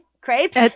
crepes